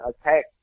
attack